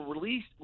released